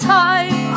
time